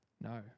No